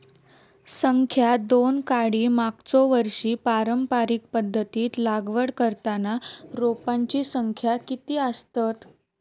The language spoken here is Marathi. संख्या दोन काडी मागचो वर्षी पारंपरिक पध्दतीत लागवड करताना रोपांची संख्या किती आसतत?